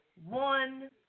One